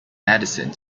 medicine